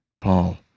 Paul